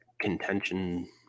contention